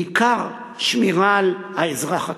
ובעיקר, שמירה על האזרח הקטן.